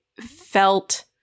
felt